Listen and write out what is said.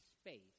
space